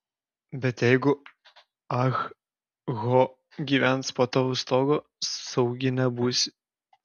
bet jeigu ah ho gyvens po tavo stogu saugi nebūsi